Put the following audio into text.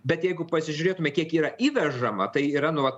bet jeigu pasižiūrėtume kiek yra įvežama tai yra nu vat